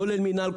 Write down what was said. כולל מינהל,